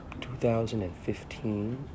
2015